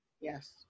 Yes